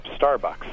Starbucks